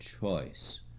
choice